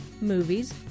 movies